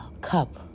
cup